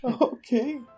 Okay